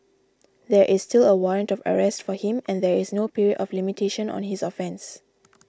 there is still a warrant of arrest for him and there is no period of limitation on his offence